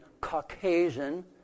Caucasian